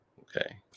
Okay